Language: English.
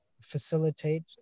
facilitate